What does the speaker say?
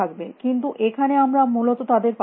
কিন্তু এখানে আমরা মূলত তাদের পাচ্ছিনা